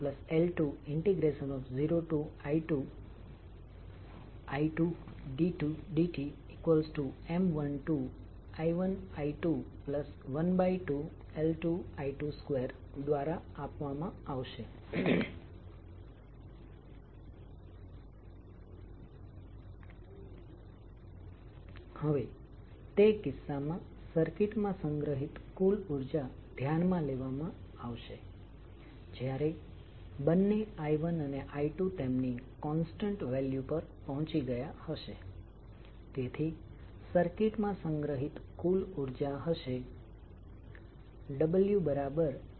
હવે જોઈએ કે વોલ્ટેજ કેવી રીતે ઉત્પન્ન થશે કારણ કે જો તમને ફેરાડે નો નિયમ Faradays law યાદ હોય તો તે એવું કહે છે કે કોઇલમાં ઉત્પન્ન થતો વોલ્ટેજ એ આંટા ની સંખ્યા અને ચુંબકીય ફ્લક્સના ફેરફાર ના દર ની પ્રમાણસર છે